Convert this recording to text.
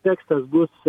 tekstas bus